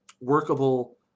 workable